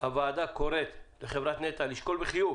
הוועדה קוראת לחברת נת"ע לשקול בחיוב